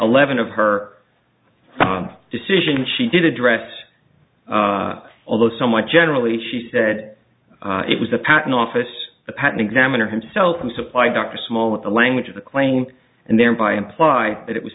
eleven of her decision she did address although somewhat generally she said it was the patent office the patent examiner himself from supply dr small with the language of the claim and thereby imply that it was